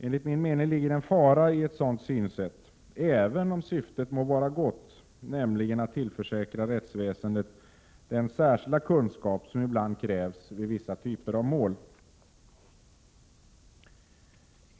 Enligt min mening ligger det en fara i ett sådant synsätt, även om syftet må vara gott, nämligen att tillförsäkra rättsväsendet den särskilda kunskap som ibland krävs vid vissa typer av mål.